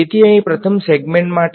તેથી અહીં પ્રથમ સેગમેન્ટ માટે